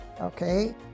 Okay